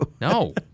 No